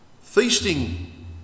feasting